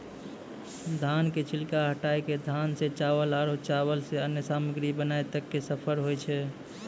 धान के छिलका हटाय कॅ धान सॅ चावल आरो चावल सॅ अन्य सामग्री बनाय तक के सफर होय छै